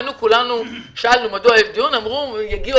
כולנו שאלנו מדוע מתקיים היום דיון ואמרו שיגיעו